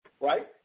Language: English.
right